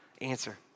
answer